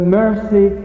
mercy